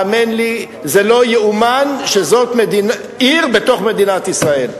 האמן לי שזה לא ייאמן שזו עיר בתוך מדינת ישראל.